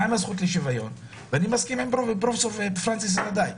אני מסכים עם פרופסור פרנסיס רדאי.